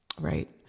right